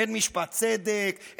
אין משפט צדק,